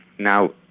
Now